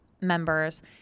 members